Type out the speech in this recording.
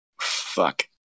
Fuck